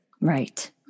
Right